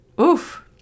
oof